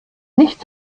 nicht